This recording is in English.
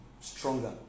stronger